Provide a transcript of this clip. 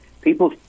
People